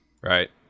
right